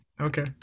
Okay